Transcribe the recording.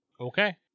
Okay